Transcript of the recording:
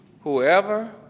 Whoever